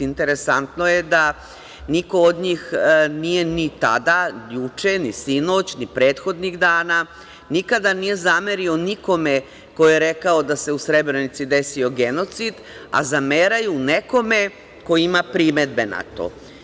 Interesantno je da niko od njih nije ni tada, juče, ni sinoć, ni prethodnih dana nikada nije zamerio nikome ko je rekao da se u Srebrenici desio genocid, a zameraju nekome ko ima primedbe na to.